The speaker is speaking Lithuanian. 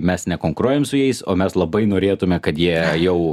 mes nekonkuruojam su jais o mes labai norėtume kad jie jau